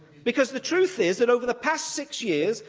because the truth is that, over the past six years,